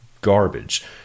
garbage